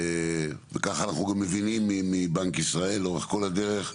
וככה אנחנו גם מבינים מבנק ישראל לאורך כל הדרך,